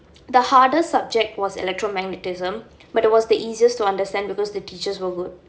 the hardest subject was electromagnetism